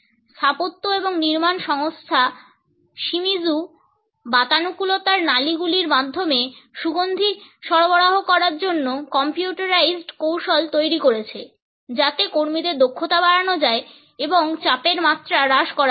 স্থাপত্য এবং নির্মাণ সংস্থা শিমিজু বাতানুকূলতার নালীগুলির মাধ্যমে সুগন্ধি সরবরাহ করার জন্য কম্পিউটারাইজড কৌশল তৈরি করেছে যাতে কর্মীদের দক্ষতা বাড়ানো যায় এবং চাপের মাত্রা হ্রাস করা যায়